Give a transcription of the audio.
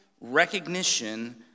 recognition